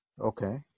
Okay